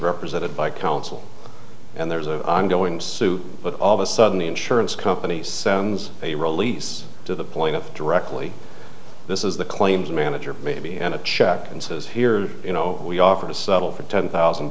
represented by counsel and there's a ongoing suit but all of a sudden the insurance companies they release to the plaintiff directly this is the claims manager maybe and a check and says here you know we offer to settle for ten thousand